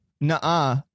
nah